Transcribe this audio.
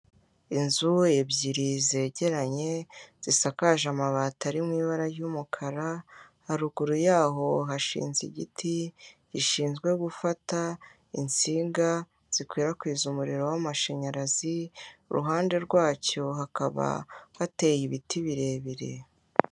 Inzu ebyiri zegeranye, zisakaje amabati ari mu ibara ry'umukara, haruguru yaho hashinze igiti gishinzwe gufata insinga zikwirakwiza umuriro w'amashanyarazi, iruhande rwacyo hakaba hateye ibiti birebire.